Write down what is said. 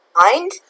mind